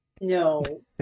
No